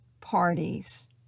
parties